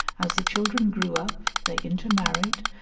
as the children grew up they intermarried,